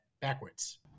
backwards